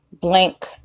blank